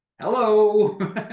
Hello